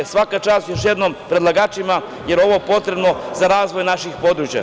Svaka čast, još jednom, predlagačima, jer je ovo potrebno za razvoj naših područja.